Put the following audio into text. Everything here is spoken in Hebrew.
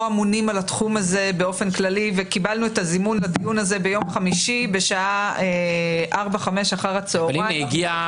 אלינו הגיע הזימון ביום חמישי אחר הצוהריים,